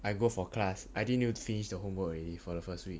I go for class I think need to finish the homework already for the first week